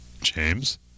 James